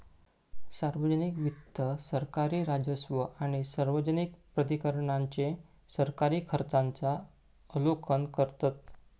सार्वजनिक वित्त सरकारी राजस्व आणि सार्वजनिक प्राधिकरणांचे सरकारी खर्चांचा आलोकन करतत